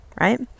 right